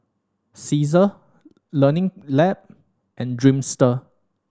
Cesar Learning Lab and Dreamster